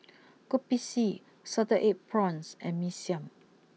Kopi C Salted Egg Prawns and Mee Siam